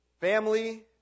Family